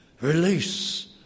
release